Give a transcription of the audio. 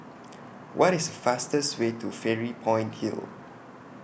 What IS The fastest Way to Fairy Point Hill